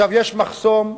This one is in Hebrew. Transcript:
יש מחסום.